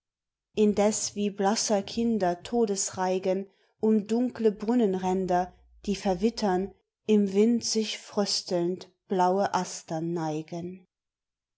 indes wie blasser kinder todesreigen um dunkle brunnenränder die verwittern im wind sich fröstelnd blaue astern neigen